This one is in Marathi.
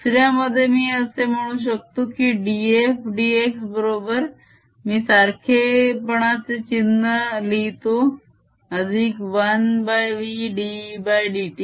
दुसऱ्या मध्ये मी असे म्हणू शकतो की df dx बरोबर मी सारखेपणाचे चिन्ह लिहितो अधिक 1vddt